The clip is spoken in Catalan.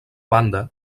banda